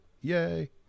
Yay